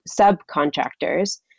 subcontractors